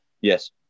Yes